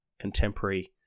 contemporary